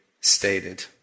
stated